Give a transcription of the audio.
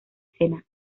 sena